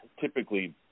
typically